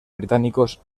británicos